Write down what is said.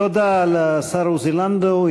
תודה לשר עוזי לנדאו.